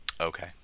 Okay